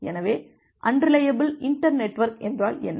எனவே unreliable inter network என்றால் என்ன